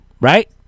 right